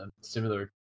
similar